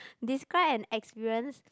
describe an experience